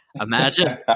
imagine